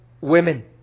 women